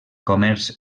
comerç